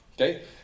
okay